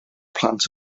plant